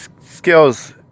skills